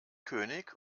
könig